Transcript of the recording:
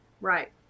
Right